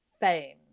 fame